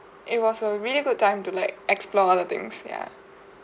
it was a really good time to like explore other things ya